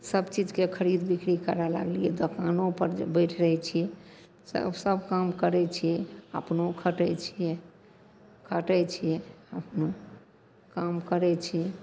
सबचीजके खरीद बिकरी करै लागलिए दोकानोपर बैठि रहै छिए सब सब काम करै छिए अपनहु खटै छिए खटै छिए अपनहु काम करै छिए